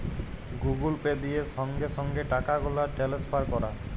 Google Pay দিয়ে সংগে সংগে টাকাগুলা টেলেসফার ক্যরা